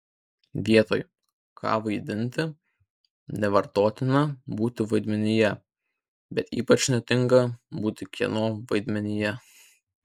vietoj ką vaidinti nevartotina būti vaidmenyje bet ypač netinka būti kieno vaidmenyje